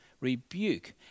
rebuke